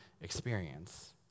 experience